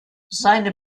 seine